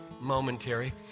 momentary